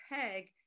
peg